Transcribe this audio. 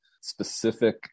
Specific